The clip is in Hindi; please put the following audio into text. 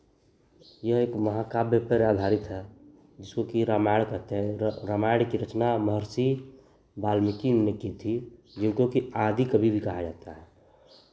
यह एक महाकाव्य पर आधारित है जिसको कि रामायण कहते हैं रामायण की रचना महर्षि वाल्मीकि ने की थी जिनको कि आदि कवि भी कहा जाता है